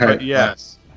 Yes